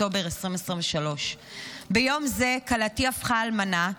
אוקטובר 2023. ביום זה כלתי הפכה לאלמנה,